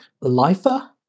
lifer